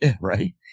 right